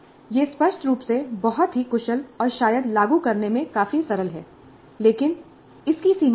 यह स्पष्ट रूप से बहुत ही कुशल और शायद लागू करने में काफी सरल है लेकिन इसकी सीमाएं हैं